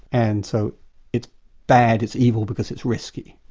and so it's bad, it's evil because it's risky.